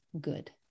Good